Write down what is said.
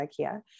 Ikea